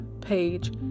page